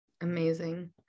Amazing